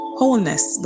Wholeness